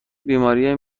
بیماری